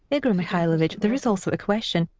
igor mikhailovich, there's also a question.